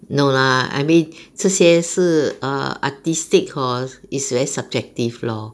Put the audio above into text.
no lah I mean 这些是 err artistic hor is very subjective lor